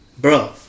bro